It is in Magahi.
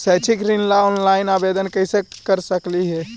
शैक्षिक ऋण ला ऑनलाइन आवेदन कैसे कर सकली हे?